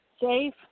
Safe